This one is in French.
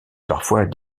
parfois